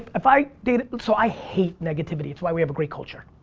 if i dated so i hated negativity. it's why we have a great culture.